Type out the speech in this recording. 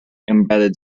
embed